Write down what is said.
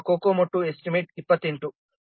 ಆದ್ದರಿಂದ COCOMO II estimate 28